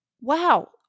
Wow